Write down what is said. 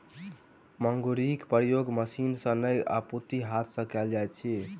मुंगरीक प्रयोग मशीन सॅ नै अपितु हाथ सॅ कयल जाइत अछि